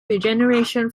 regeneration